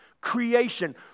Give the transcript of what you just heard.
Creation